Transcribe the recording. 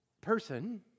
person